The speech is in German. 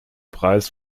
preis